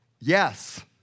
yes